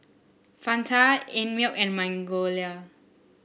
Fanta Einmilk and Magnolia